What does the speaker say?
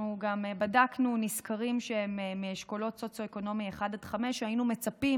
אנחנו גם בדקנו נסקרים שהם מאשכולות סוציו-אקונומי 1 עד 5. היינו מצפים